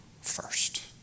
first